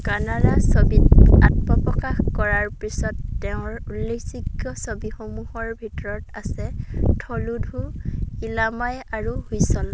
কানাড়া ছবিত আত্মপ্ৰকাশ কৰাৰ পিছত তেওঁৰ উল্লেখযোগ্য ছবিসমূহৰ ভিতৰত আছে থলুধো ইলামাই আৰু হুইছল